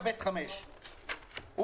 9(ב)(5):...